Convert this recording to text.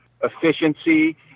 efficiency